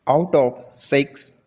out of six,